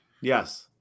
Yes